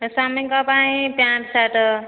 ସ୍ଵାମୀ ଙ୍କ ପାଇଁ pant shirt